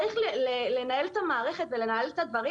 צריך לנהל את המערכת ולנהל את הדברים